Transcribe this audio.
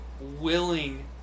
willing